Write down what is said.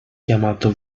chiamato